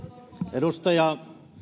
edustaja